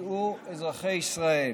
ידעו אזרחי ישראל